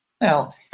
Now